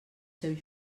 seus